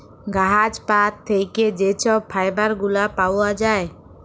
গাহাচ পাত থ্যাইকে যে ছব ফাইবার গুলা পাউয়া যায়